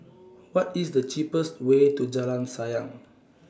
What IS The cheapest Way to Jalan Sayang